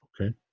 Okay